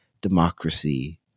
democracy